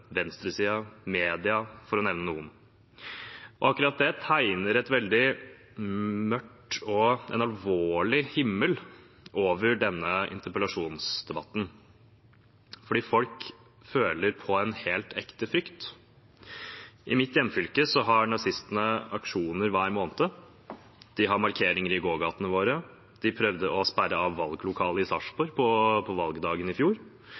media, for å nevne noen. Akkurat det tegner en veldig mørk og alvorlig himmel over denne interpellasjonsdebatten, fordi folk føler på en helt ekte frykt. I mitt hjemfylke har nazistene aksjoner hver måned. De har markeringer i gågatene våre. De prøvde å sperre av et valglokale i Sarpsborg på valgdagen i fjor,